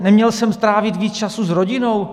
Neměl jsem strávit víc času s rodinou?